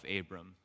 Abram